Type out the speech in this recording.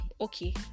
okay